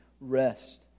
rest